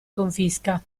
confisca